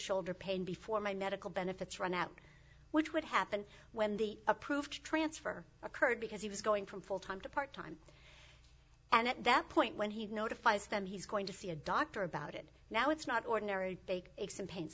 shoulder pain before my medical benefits run out which would happen when the approved transfer occurred because he was going from full time to part time and at that point when he notifies them he's going to see a doctor about it now it's not ordinary take x and pain